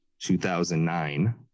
2009